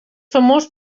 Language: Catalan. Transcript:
famós